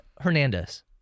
Hernandez